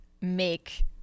make